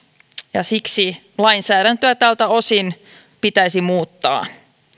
ja siksi lainsäädäntöä tältä osin pitäisi muuttaa